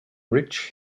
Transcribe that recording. rich